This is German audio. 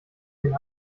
den